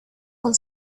con